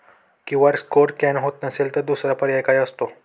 QR code scan होत नसेल तर दुसरा पर्याय काय असतो?